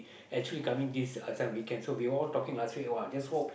actually coming this uh this one weekend actually we all talking last week just hope